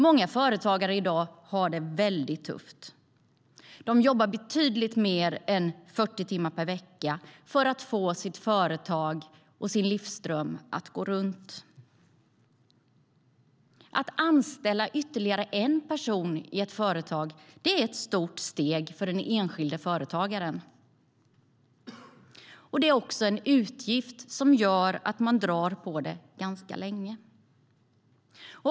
Många företagare i dag har det tufft. De jobbar betydligt mer än 40 timmar per vecka för att få sitt företag och sin livsdröm att gå runt. Att anställa ytterligare en person i ett företag är ett stort steg för den enskilde företagaren, och det är också en utgift som gör att företagaren drar på det länge.